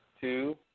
two